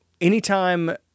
anytime